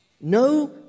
No